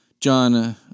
John